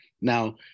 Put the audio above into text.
Now